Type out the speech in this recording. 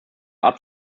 art